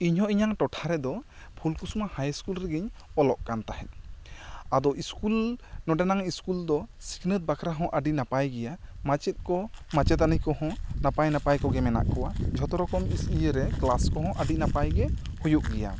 ᱤᱧ ᱦᱚᱸ ᱤᱧᱟ ᱜ ᱴᱚᱴᱷᱟ ᱨᱮ ᱫᱚ ᱯᱷᱩᱞᱩᱥᱢᱟ ᱦᱟᱭ ᱤᱥᱠᱩᱞ ᱨᱮᱜᱮᱧ ᱚᱞᱚᱜ ᱠᱟᱱ ᱛᱟᱦᱮᱱᱟ ᱟᱫᱚ ᱤᱥᱠᱩᱞ ᱱᱚᱸᱰᱮ ᱱᱟᱝ ᱤᱥᱠᱩᱞ ᱫᱚ ᱥᱤᱠᱷᱱᱟᱹᱛ ᱵᱟᱠᱷᱨᱟ ᱦᱚᱸ ᱟᱹᱰᱤ ᱱᱟᱯᱟᱭ ᱜᱤᱭᱟ ᱢᱟᱪᱮᱫ ᱠᱚ ᱢᱟᱪᱮᱛᱟᱹᱱᱤ ᱠᱚ ᱦᱚᱸ ᱱᱟᱯᱟᱭ ᱱᱟᱯᱟᱭ ᱠᱚ ᱜᱮ ᱢᱮᱱᱟᱜ ᱠᱚᱣᱟ ᱡᱷᱚᱛᱚ ᱨᱚᱠᱚᱢ ᱤᱭᱟᱹᱨᱮ ᱠᱞᱟᱥ ᱠᱚᱨᱮ ᱟᱹᱰᱤ ᱱᱟᱯᱟᱭ ᱜᱮ ᱦᱩᱭᱩᱜ ᱜᱮᱭᱟ